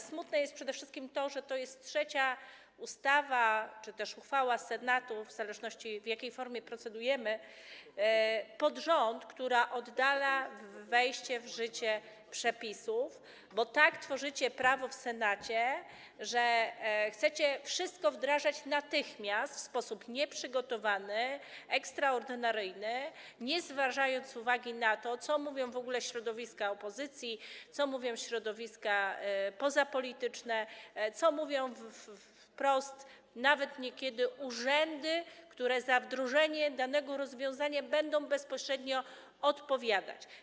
Smutne jest przede wszystkim to, że to jest trzecia ustawa czy też uchwała Senatu - w zależności od tego, w jakiej formie procedujemy - z rzędu, która oddala wejście w życie przepisów, bo tak tworzycie prawo, że chcecie wszystko wdrażać natychmiast, w sposób nieprzygotowany, ekstraordynaryjny, nie zwracając uwagi na to, co mówią środowiska opozycyjne, co mówią środowiska pozapolityczne, co niekiedy nawet wprost mówią urzędy, które za wdrożenie danego rozwiązania będą bezpośrednio odpowiadać.